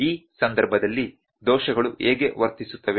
ಈ ಸಂದರ್ಭದಲ್ಲಿ ದೋಷಗಳು ಹೇಗೆ ವರ್ತಿಸುತ್ತವೆ